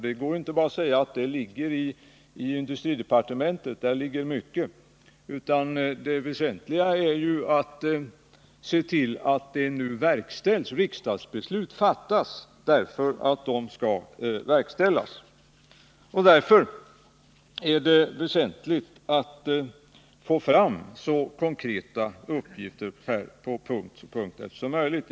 Det går inte bara att säga att den frågan ligger i industridepartementet. Där ligger så mycket. Det väsentliga är i stället att se till att de riksdagsbeslut som fattats verkställs. Och därför är det väsentligt att få fram så konkreta uppgifter som möjligt på punkt efter punkt.